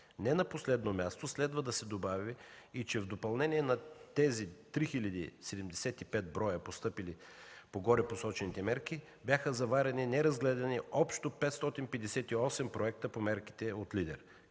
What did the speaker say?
Не на последно място следва да се добави и че в допълнение на тези 3075 броя заявления, постъпили по горепосочените мерки, бяха заварени неразгледани общо 558 проекта по мерките от „Лидер”.